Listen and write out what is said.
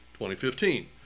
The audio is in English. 2015